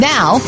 Now